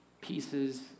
pieces